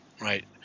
right